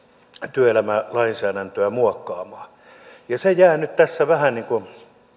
työelämälainsäädäntöä muokkaamaan se jää nyt tässä vähän niin kuin